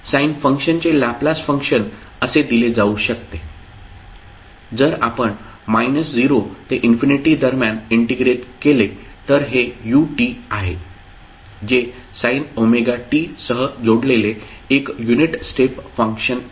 Sin फंक्शनचे Laplace function असे दिले जाऊ शकते जर आपण 0 ते इन्फिनिटी दरम्यान इंटिग्रेट केले तर हे ut आहे जे sin omega t सह जोडलेले एक युनिट स्टेप फंक्शन आहे